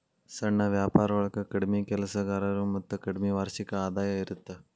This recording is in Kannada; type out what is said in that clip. ಸಣ್ಣ ವ್ಯಾಪಾರೊಳಗ ಕಡ್ಮಿ ಕೆಲಸಗಾರರು ಮತ್ತ ಕಡ್ಮಿ ವಾರ್ಷಿಕ ಆದಾಯ ಇರತ್ತ